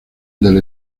del